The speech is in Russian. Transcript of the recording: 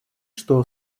что